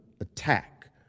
attack